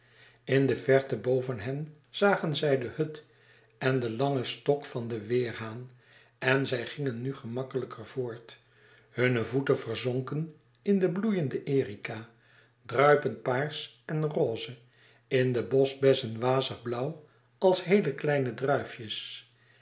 in de verte boven hen zagen zij de hut en den langen stok van den weêrhaan en zij gingen nu gemakkelijker voort hunne voeten verzonken in de bloeiende erica druipend paars en roze in de boschbessen wazig blauw als heele kleine druifjes